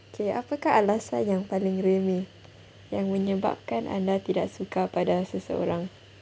okay apakah alasan yang paling remeh yang menyebabkan anda tidak suka pada seseorang